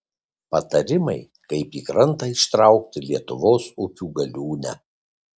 patarimai kaip į krantą ištraukti lietuvos upių galiūnę